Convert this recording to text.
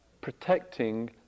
protecting